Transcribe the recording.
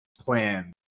plan